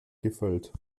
gefällt